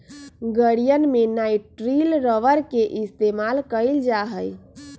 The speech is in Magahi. गड़ीयन में नाइट्रिल रबर के इस्तेमाल कइल जा हई